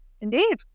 Indeed